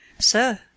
Sir